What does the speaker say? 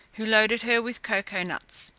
who loaded her with cocoa-nuts.